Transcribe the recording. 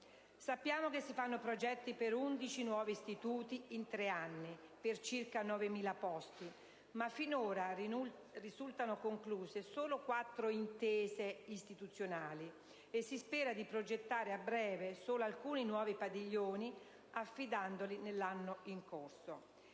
Sappiamo che si fanno progetti per 11 nuovi istituti in tre anni, per circa 9.000 posti, ma finora risultano concluse solo quattro intese istituzionali e si spera di progettare a breve solo alcuni nuovi padiglioni, affidandoli nell'anno in corso.